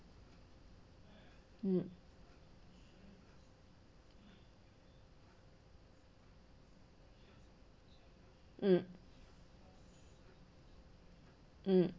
mm mm mm